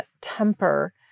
temper